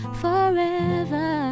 forever